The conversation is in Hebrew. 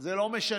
זה לא משנה.